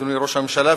אדוני ראש הממשלה,